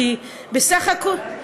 כי בסך הכול,